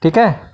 ठीक आहे